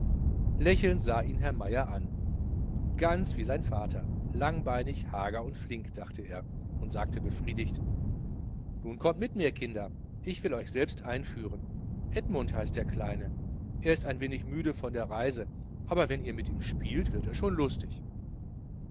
lächelnd sah ihn herr meier an ganz wie sein vater langbeinig hager und flink dachte er und sagte befriedigt nun kommt mir kinder ich will euch selbst einführen edmund heißt der kleine er ist ein wenig müde von der reise aber wenn ihr mit ihm spielt wird er schon lustig